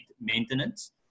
maintenance